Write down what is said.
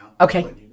okay